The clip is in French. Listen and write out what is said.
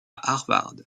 harvard